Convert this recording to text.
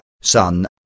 son